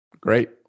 Great